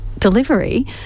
delivery